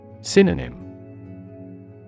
Synonym